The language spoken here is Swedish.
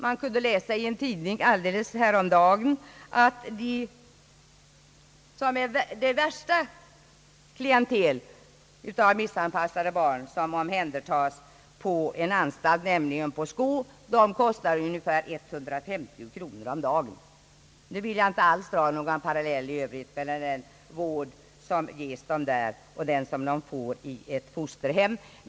Man kunde läsa i en tidning häromdagen, att det värsta klientel av missanpassade barn som omhändertas på en anstalt, nämligen de på Skå, kostar ungefär 150 kronor om dagen. Nu vill jag inte alls dra någon parallell i övrigt mellan den vård som måste ges barnen där och den som barnen får i ett fosterhem.